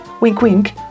Wink-wink